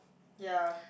ya